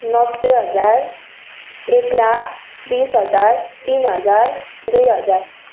नब्बे हजार एक लाख बिस हजार तिन हजार दुई हजार